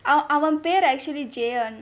அவன் பெரு:avan peru isv~ jayan